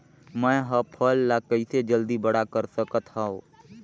मैं ह फल ला कइसे जल्दी बड़ा कर सकत हव?